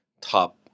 top